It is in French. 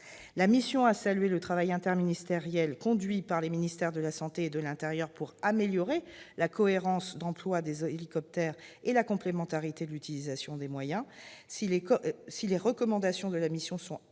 La mission a salué le travail interministériel conduit par les ministères de la santé et de l'intérieur pour améliorer la cohérence d'emploi des hélicoptères, ainsi que la complémentarité de l'utilisation des moyens. Si les recommandations de la mission font actuellement